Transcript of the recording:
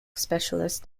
specialists